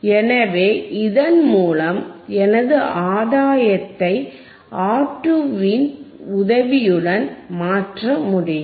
எனவே இதன் மூலம் எனது ஆதாயத்தை R2 வின் உதவியுடன் மாற்ற முடியும்